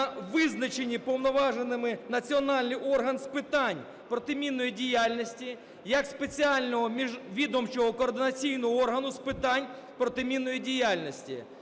визначенні уповноваженим національний орган з питань протимінної діяльності як спеціального міжвідомчого координаційного органу з питань протимінної діяльності.